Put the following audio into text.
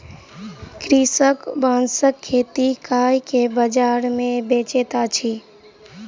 कृषक बांसक खेती कय के बाजार मे बेचैत अछि